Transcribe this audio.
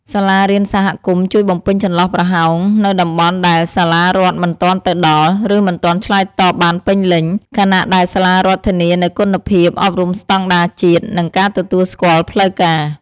សាលារៀនសហគមន៍ជួយបំពេញចន្លោះប្រហោងនៅតំបន់ដែលសាលារដ្ឋមិនទាន់ទៅដល់ ឬមិនទាន់ឆ្លើយតបបានពេញលេញ ខណៈដែលសាលារដ្ឋធានានូវគុណភាពអប់រំស្តង់ដារជាតិ និងការទទួលស្គាល់ផ្លូវការ។